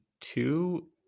two